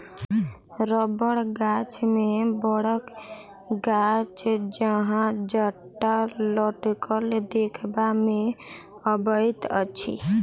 रबड़ गाछ मे बड़क गाछ जकाँ जटा लटकल देखबा मे अबैत अछि